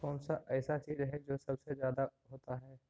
कौन सा ऐसा चीज है जो सबसे ज्यादा होता है?